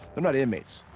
they're not inmates,